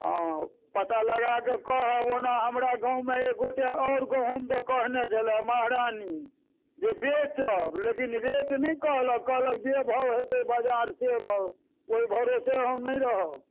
आ पता लगा कऽ कहब ओना हमरा गाममे एक गोटए आओर गहुँम दऽ कहने छलए महारानी जे बेचब लेकिन रेट नहि कहलक कहलक जे भाव हेतै बाजार से भाव ओहि भरोसे हम नहि रहब